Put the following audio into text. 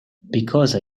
because